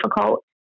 difficult